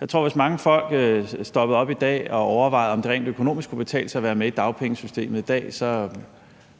Jeg tror, at hvis folk stoppede op og overvejede, om det rent økonomisk kunne betale sig at være med i dagpengesystemet i dag,